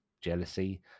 jealousy